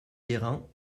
guérin